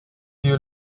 you